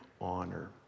honor